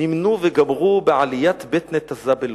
נמנו וגמרו בעליית בית-נתזה בלוד".